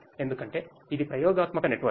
ఎందుకంటే ఇది ప్రయోగాత్మక నెట్వర్క్